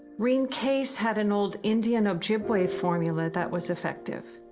rene caisse had an old indian ojibwa formula, that was effective.